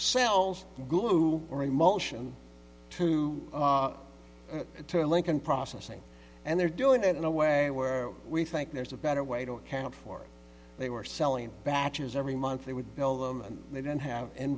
sells gugu or a motion to turn link and processing and they're doing it in a way where we think there's a better way to account for they were selling batches every month they would know them and they didn't have